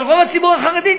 אבל רוב הציבור החרדי,